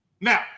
Now